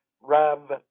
Rav